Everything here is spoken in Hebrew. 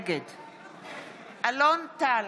נגד אלון טל,